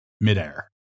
midair